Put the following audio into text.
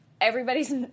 everybody's